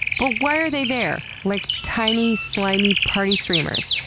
but why are they there, like tiny, slimy party streamers?